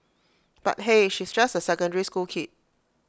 but hey she's just A secondary school kid